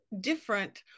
different